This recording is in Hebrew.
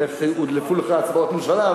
איך הודלפו לך הצבעות ממשלה,